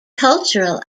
cultural